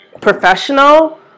professional